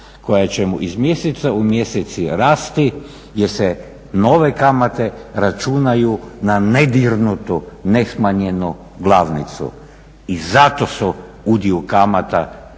koje će mu iz mjeseca u mjesec rasti jer se nove kamate računaju na nedirnutu, ne smanjenu glavnicu. I zato je udio kamata u tom